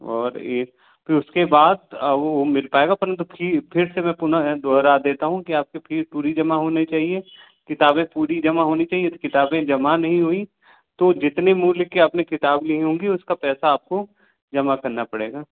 और यह फिर उसके बाद वह मिल पाएगा अपन दुखी फिर से मैं पुनः दोहरा देता हूँ कि आपकी फीस पूरी जमा होनी चाहिए किताबें पूरी जमा होनी चाहिए यदि किताबें जमा नहीं हुई तो जितने मूल्य के आपने किताब लिए होंगे उसका पैसा आपको जमा करना पड़ेगा